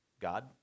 God